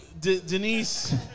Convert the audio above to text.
Denise